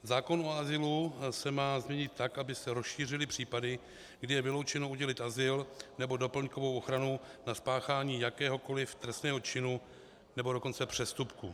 Zákon o azylu se má změnit tak, aby se rozšířily případy, kdy je vyloučeno udělit azyl nebo doplňkovou ochranu na spáchání jakéhokoli trestného činu, nebo dokonce přestupku.